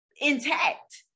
intact